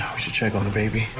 should check on the baby.